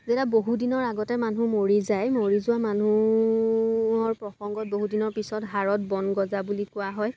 যেতিয়া বহুদিনৰ আগতে মানুহ মৰি যায় মৰি যোৱা মানুহৰ প্ৰসংগত বহুদিনৰ পিছত হাড়ত বন গজা বুলি কোৱা হয়